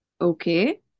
Okay